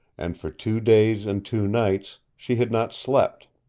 and for two days and two nights she had not slept.